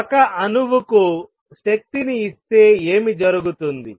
ఒక అణువుకు శక్తిని ఇస్తే ఏమి జరుగుతుంది